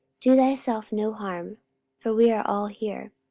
do thyself no harm for we are all here.